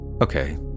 Okay